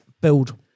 build